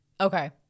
Okay